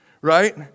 right